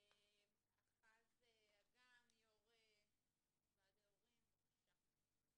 אחז אגם, יושב ראש ועדי הורים, בבקשה.